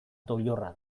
doilorra